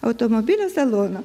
automobilio salono